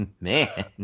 Man